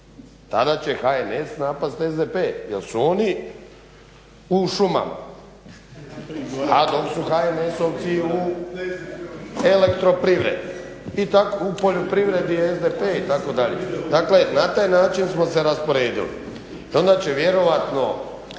tada će HNS napast SDP jer su oni u šumama a dok su HNS-ovci u elektroprivredi, u poljoprivredi je SDP itd. dakle na taj način smo se rasporedili i onda će vjerojatno